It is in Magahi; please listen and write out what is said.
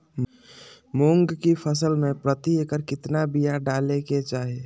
मूंग की फसल में प्रति एकड़ कितना बिया डाले के चाही?